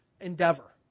endeavor